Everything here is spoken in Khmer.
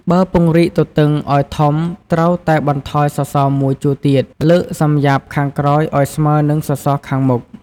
បើពង្រីកទទឹងឲ្យធំត្រូវតែបន្ថយសសរ១ជួរទៀត លើកសំយាបខាងក្រោយឲ្យស្មើនឹងសសរខាងមុខ។